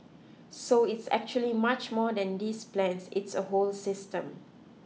so it's actually much more than these plans it's a whole system